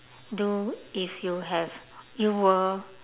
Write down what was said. do if you have you were